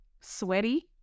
sweaty